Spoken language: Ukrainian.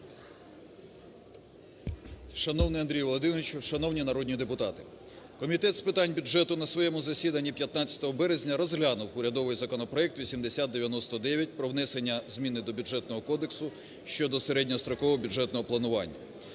Шановний Андрій Володимирович, шановні народні депутати! Комітет з питань бюджету на своєму засіданні 15 березня розглянув урядовий законопроект 8099 про внесення змін до Бюджетного кодексу щодо середньострокового бюджетного планування.